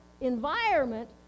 environment